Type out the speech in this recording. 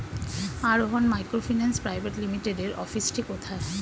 আরোহন microfinance private লিমিটেডের অফিসটি কোথায়?